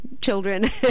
Children